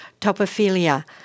topophilia